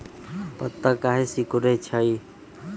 पत्ता काहे सिकुड़े छई?